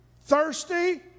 thirsty